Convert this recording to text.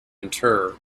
inter